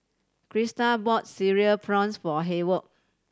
Krystal bought Cereal Prawns for Hayward